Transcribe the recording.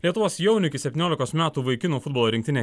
lietuvos jaunių iki septyniolikos metų vaikinų futbolo rinktinė